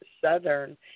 southern